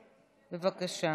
בבקשה.